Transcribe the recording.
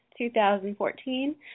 2014